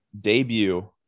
debut